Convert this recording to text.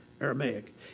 Aramaic